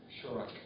sure